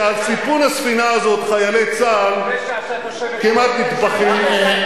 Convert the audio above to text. כשעל סיפון הספינה הזאת חיילי צה"ל כמעט נטבחים,